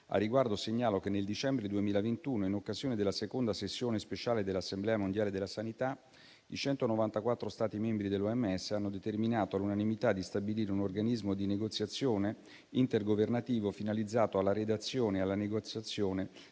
Al riguardo segnalo che nel dicembre 2021, in occasione della seconda sessione speciale dell'Assemblea mondiale della sanità, i 194 Stati membri dell'OMS hanno determinato all'unanimità di stabilire un organismo di negoziazione intergovernativo finalizzato alla redazione e alla negoziazione